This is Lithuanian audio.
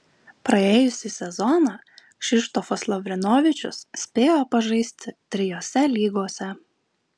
praėjusį sezoną kšištofas lavrinovičius spėjo pažaisti trijose lygose